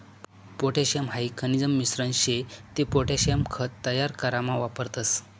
potassium हाई खनिजन मिश्रण शे ते पोटॅशियम खत तयार करामा वापरतस